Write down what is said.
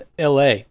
la